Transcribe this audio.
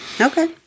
Okay